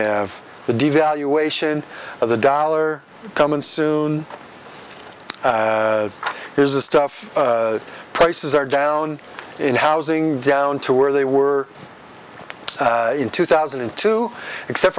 have the devaluation of the dollar coming soon here's the stuff prices are down in housing down to where they were in two thousand and two except